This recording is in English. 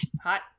Hot